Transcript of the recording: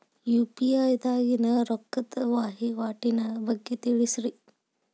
UPI ದಾಗಿನ ರೊಕ್ಕದ ವಹಿವಾಟಿನ ಬಗ್ಗೆ ತಿಳಸ್ರಿ